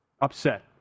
upset